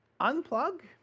unplug